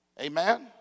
Amen